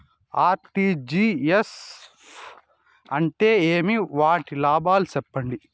RTGS అంటే ఏమి? వాటి లాభాలు సెప్పండి?